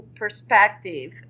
Perspective